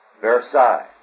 Versailles